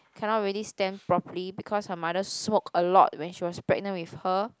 cannot really stand properly because her mother smoke a lot when she was pregnant with her